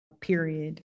period